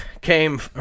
came